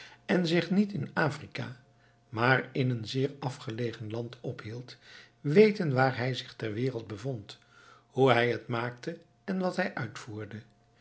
en zich niet in afrika maar in een zeer ver afgelegen land ophield weten waar hij zich ter wereld bevond hoe hij het maakte en wat hij uitvoerde